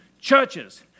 churches